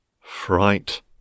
fright